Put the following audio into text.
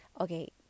okay